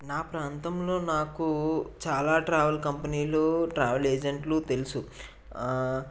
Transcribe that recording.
నా ప్రాంతంలో నాకు చాలా ట్రావెల్ కంపెనీలు ట్రావెల్ ఏజెంట్లు తెలుసు ఆ